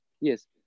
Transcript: Yes